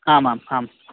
आम् आम् आम्